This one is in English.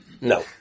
no